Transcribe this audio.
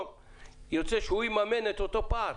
בדרום, יוצא שהוא יממן את אותו פער.